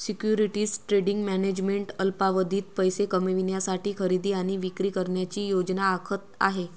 securities trading management अल्पावधीत पैसे कमविण्यासाठी खरेदी आणि विक्री करण्याची योजना आखत आहे